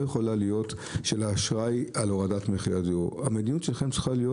והם לא יכולים לקנות דירת ארבעה חדרים שהם צריכים,